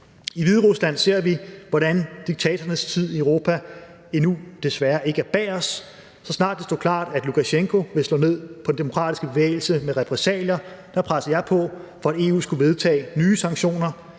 I Hviderusland ser vi, hvordan diktatorernes tid i Europa desværre endnu ikke er bag os. Så snart det stod klart, at Lukasjenko ville slå ned på den demokratiske bevægelse med repressalier, pressede jeg på for, at EU skulle vedtage nye sanktioner.